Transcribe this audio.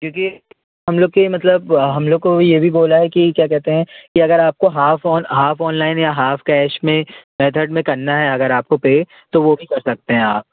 क्योंकि हम लोग के मतलब हम लोग को ये भी बोला है कि क्या कहते हैं कि अगर आपको हॉफ़ ऑन हॉफ़ ऑनलाइन या हॉफ़ कैश में मेथड में करना है अगर आपको पे तो वो भी कर सकते हैं आप